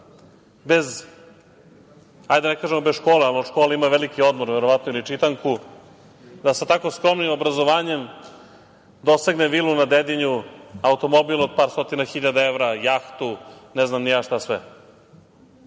bez, hajde da ne kažemo bez škole, ali od škole ima veliki odmor, verovatno, ili čitanku, da sa tako skromnim obrazovanjem dosegne vilu na Dedinju, automobil od par stotina hiljada evra, jahtu, ne znam ni ja šta sve?